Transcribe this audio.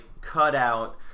cutout